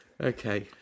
Okay